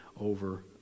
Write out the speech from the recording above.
over